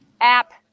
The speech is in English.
app